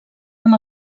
amb